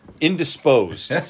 indisposed